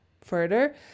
further